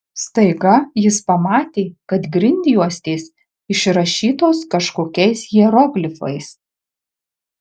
staiga jis pamatė kad grindjuostės išrašytos kažkokiais hieroglifais